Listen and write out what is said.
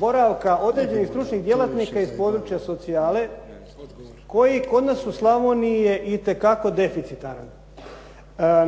boravka određenih stručnih djelatnika iz područja socijale koji kod nas u Slavoniji je itekako deficitaran.